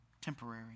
temporary